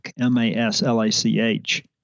M-A-S-L-A-C-H